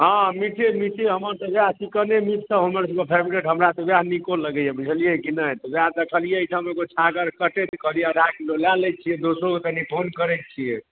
हँ मीटे मीटे हमर तऽ इएह चिकने मीट सभ हमर फेवरेट हमरा तऽ ओएह नीको लगैए बुझलियै कि नहि तऽ ओएह देखलियै एहिठाम एगो छागर कटैत कहलियै आधा किलो लै लऽ छियै दोसो कऽ कनि फोन करैत छियै